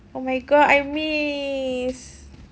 oh my god I miss